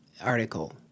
article